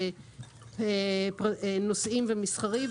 נוסעים ומסחרי,